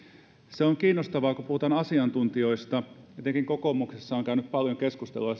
on kiinnostavaa kun puhutaan asiantuntijoista että etenkin kokoomuksessa on käyty paljon keskustelua